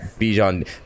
Bijan